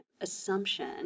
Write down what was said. assumption